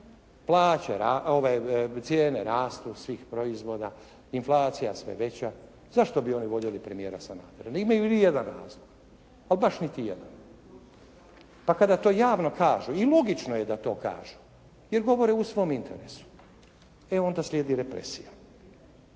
cijene rastu svih proizvoda, inflacija je sve veća. Zašto bi oni voljeli premijera Sanadera? Imali li jedan razlog? Pa baš niti jedan. Pa kada to javno kažu, i logično je da to kažu jer govore u svom interesu e onda slijedi represija.